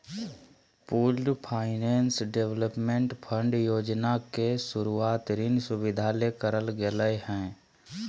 pooled finance development fund योजना के शुरूवात ऋण सुविधा ले करल गेलय हें